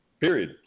Period